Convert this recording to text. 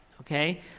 okay